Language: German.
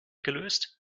gelöst